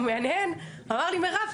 הוא מהנהן אמר לי: מירב,